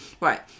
Right